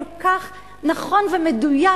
כל כך נכון ומדויק,